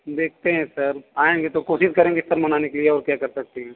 देखते हैं सर आएँगे तो कोशिश करेंगे सर मनाने कि